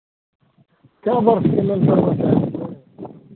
कए वर्षके लेल करबय चाहै छियै